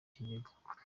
kigega